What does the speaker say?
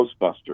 Ghostbusters